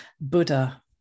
Buddha